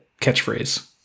catchphrase